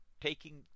taking